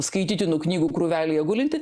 skaitytinų knygų krūvelėje gulinti